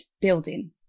building